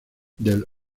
del